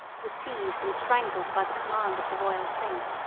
was seized and strangled by the command of the royal saint.